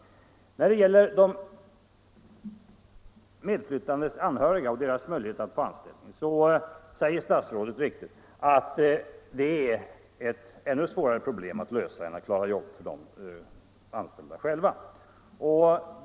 När det gäller de medflyttandes anhöriga och deras möjlighet att få anställning säger statsrådet helt riktigt att det är ett ännu svårare problem än att klara jobbet till de anställda själva.